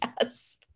yes